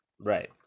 right